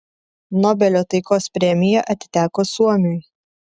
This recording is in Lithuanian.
nobelio taikos premija atiteko suomiui